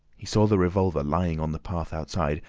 he saw the revolver lying on the path outside,